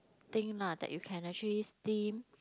thing lah that you can actually steam